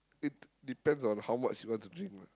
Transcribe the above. it depends on how much you want to drink lah